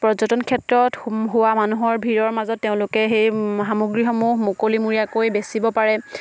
পৰ্যটন ক্ষেত্ৰত হোৱা মানুহৰ ভিৰৰ মাজত তেওঁলোকে সেই সামগ্ৰীসমূহ মুকলিমুৰীয়াকৈ বেচিব পাৰে